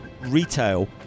retail